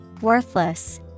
Worthless